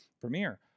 premiere